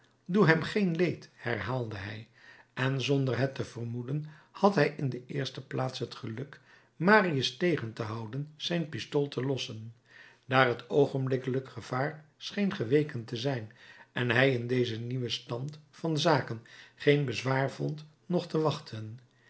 doe hem geen leed herhaalde hij en zonder het te vermoeden had hij in de eerste plaats het geluk marius tegen te houden zijn pistool te lossen daar het oogenblikkelijk gevaar scheen geweken te zijn en hij in dezen nieuwen stand van zaken geen bezwaar vond nog te wachten